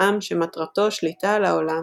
העם שמטרתו שליטה על העולם,